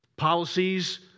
policies